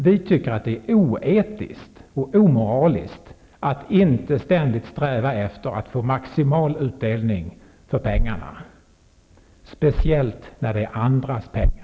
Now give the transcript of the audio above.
Vi tycker att det är oetiskt och omoraliskt att inte ständigt sträva efter att få maximal utdelning för pengarna, speciellt när det är andras pengar.